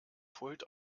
pult